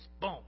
Boom